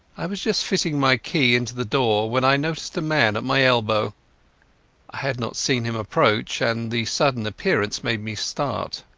i was just fitting my key into the door when i noticed a man at my elbow. i had not seen him approach, and the sudden appearance made me start.